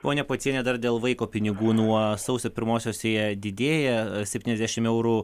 ponia pociene dar dėl vaiko pinigų nuo sausio pirmosios jie didėja septyniasdešim eurų